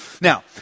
Now